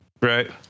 right